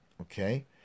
Okay